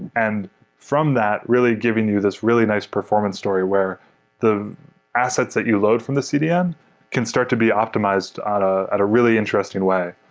and from that, really giving you this really nice performance story where the assets that you load from the cdn can start to be optimized at ah a really interesting way.